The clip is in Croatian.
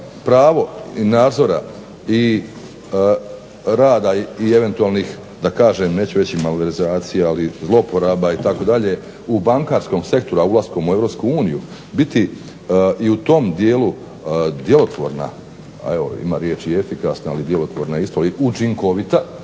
pravo nadzora i rada i eventualnih neću reći malverzacija, ali zloporaba itd. u bankarskom sektoru a ulaskom u EU biti i u tom dijelu djelotvorna, evo ima riječ i efikasna ali djelotvorna je isto, učinkovita